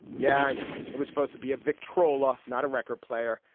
yeah. know it was supposed to be a victrola. not a record player.